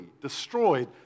destroyed